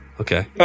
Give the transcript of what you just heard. okay